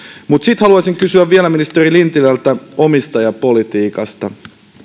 mutta sitten haluaisin kysyä vielä ministeri lintilältä omistajapolitiikasta